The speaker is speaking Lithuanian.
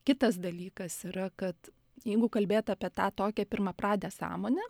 kitas dalykas yra kad jeigu kalbėt apie tą tokią pirmapradę sąmonę